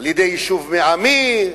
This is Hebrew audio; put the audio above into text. על-ידי היישוב מי-עמי,